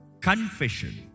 confession